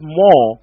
more